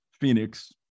Phoenix